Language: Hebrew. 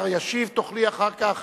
השר ישיב, ותוכלי אחר כך.